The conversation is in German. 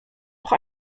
auch